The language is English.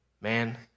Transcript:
Man